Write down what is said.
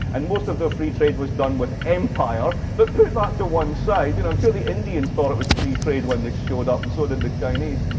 and most of their free trade was done with empire. but putting that to one side, and i'm sure the indians thought it was free trade when they showed up, and so did the chinese.